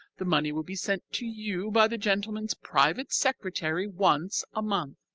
the money will be sent to you by the gentleman's private secretary once a month,